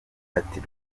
ati